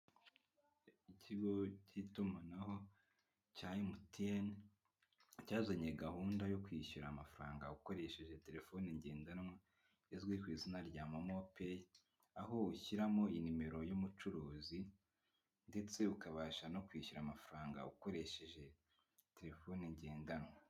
Ikigo cy'itumanaho cya MTN cyazanye gahunda yo kwishyura amafaranga ukoresheje telefone ngendanwa izwi ku izina rya momo peyi, aho ushyiramo inimero y'umucuruzi ndetse ukabasha no kwishyura amafaranga ukoresheje telefone ngendanwa.